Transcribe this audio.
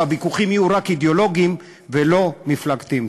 והוויכוחים יהיו רק אידיאולוגיים ולא מפלגתיים.